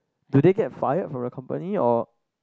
do they get fired from the company or